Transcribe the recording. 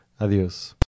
Adios